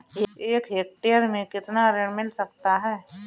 एक हेक्टेयर में कितना ऋण मिल सकता है?